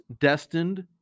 destined